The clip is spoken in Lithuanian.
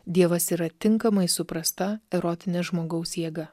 dievas yra tinkamai suprasta erotinė žmogaus jėga